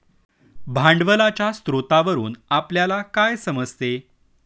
भांडवलाच्या स्रोतावरून आपल्याला काय समजते?